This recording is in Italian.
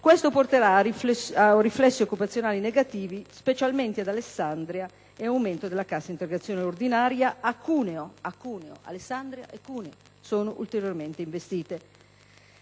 Questo porterà a riflessi occupazionali negativi specialmente ad Alessandria, e all'aumento della cassa integrazione ordinaria a Cuneo: Alessandria e Cuneo, quindi, sono ulteriormente colpite.